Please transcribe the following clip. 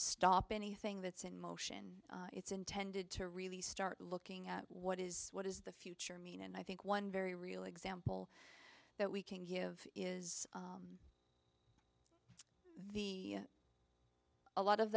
stop anything that's in motion it's intended to really start looking at what is what is the future mean and i think one very real example that we can give is the a lot of